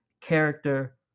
character